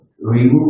remove